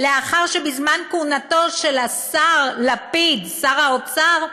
לאחר שבזמן כהונת השר לפיד, שר האוצר,